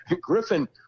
Griffin